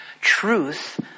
truth